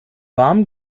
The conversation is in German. warmen